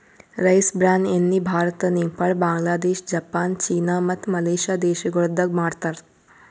rice bran ಎಣ್ಣಿ Bharat, Nepal, Bangladesh, Japan, China ಮತ್ತ Malaysia ದೇಶಗೊಳ್ದಾಗ್ ಮಾಡ್ತಾರ್